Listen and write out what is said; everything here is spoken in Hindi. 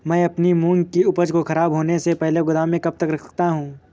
मैं अपनी मूंग की उपज को ख़राब होने से पहले गोदाम में कब तक रख सकता हूँ?